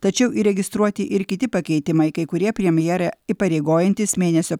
tačiau įregistruoti ir kiti pakeitimai kai kurie premjerė įpareigojantys mėnesio